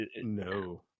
No